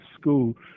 school